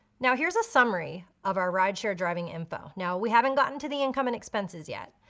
now here's a summary of our rideshare driving info. now we haven't gotten to the income and expenses yet.